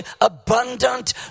abundant